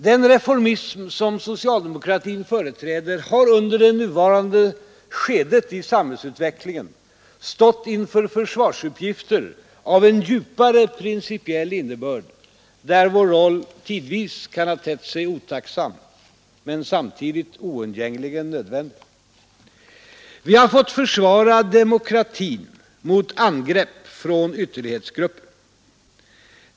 Den reformism som socialdemokratin företräder har under det nuvarande skedet i samhällsutvecklingen stått inför försvarsuppgifter av en djupare principiell innebörd, där vår roll tidvis kan ha tett sig otacksam men samtidigt oundgängligen nödvändig. Vi har fått försvara demokratin mot angrepp från ytterlighetsgrupper.